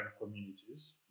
communities